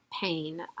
pain